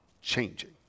changing